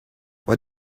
what